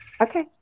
Okay